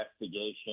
investigation